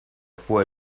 fue